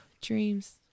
dreams